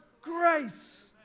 grace